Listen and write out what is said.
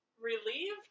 relieved